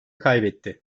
kaybetti